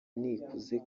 nikuze